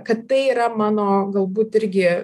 kad tai yra mano galbūt irgi